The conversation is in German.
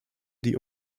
die